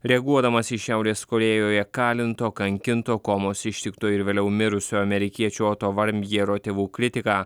reaguodamas į šiaurės korėjoje kalinto kankinto komos ištikto ir vėliau mirusio amerikiečio oto varimjero tėvų kritiką